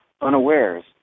unawares